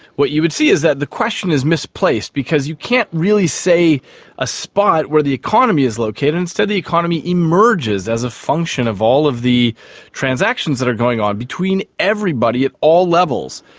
what you would see is that the question is misplaced because you can't really say a spot where the economy is located, instead the economy emerges as a function of all of the transactions that are going on between everybody at all levels,